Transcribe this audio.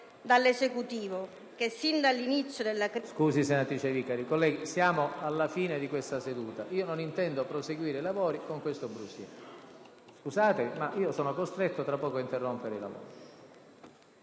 scusi, senatrice Vicari. Colleghi, siamo alla fine di questa seduta, ma non intendo proseguire i lavori con questo brusìo. Scusate, ma sarò costretto tra poco ad interrompere i lavori,